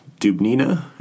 Dubnina